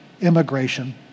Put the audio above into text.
immigration